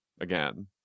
again